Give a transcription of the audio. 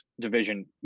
division